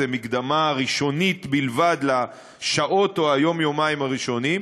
זו מקדמה ראשונית בלבד לשעות או ליום-יומיים הראשונים.